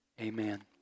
Amen